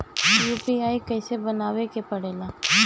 UPI कइसे बनावे के परेला?